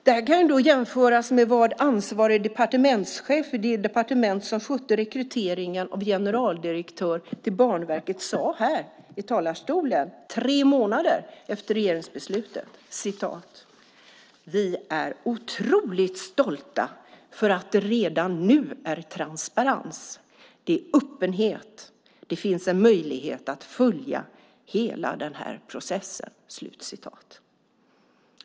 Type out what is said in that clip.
Det här kan jämföras med vad ansvarig departementschef för det departement som skötte rekryteringen av generaldirektör för Banverket sade här i denna talarstol tre månader efter regeringsbeslutet: "Vi är otroligt stolta för att det redan nu är transparens. Det är öppenhet. Det finns en möjlighet att följa hela den här processen."